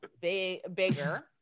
bigger